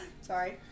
Sorry